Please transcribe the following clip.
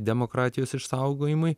demokratijos išsaugojimui